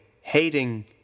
hating